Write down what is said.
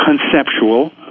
conceptual